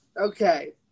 okay